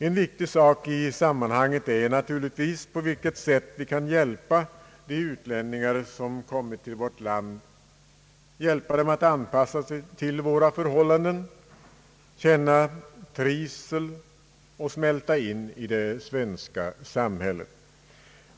En viktig fråga i sammanhanget är naturligtvis på vilket sätt vi kan hjälpa de utlänningar som kommit till vårt land att anpassa sig till våra förhbållanden, känna trivsel och smälta in i det svenska samhället.